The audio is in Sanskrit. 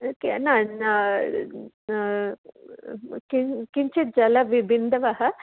न के न न किञ्च किञ्चित् जलबिन्दवः